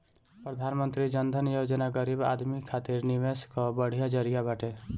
प्रधानमंत्री जन धन योजना गरीब आदमी खातिर निवेश कअ बढ़िया जरिया बाटे